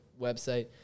website